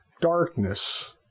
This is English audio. darkness